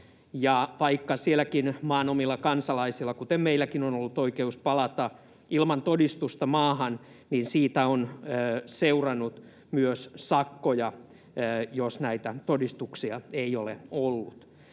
vaikka sielläkin maan omilla kansalaisilla, kuten meilläkin, on ollut oikeus palata ilman todistusta maahan, niin siitä on seurannut myös sakkoja, jos näitä todistuksia ei ole ollut.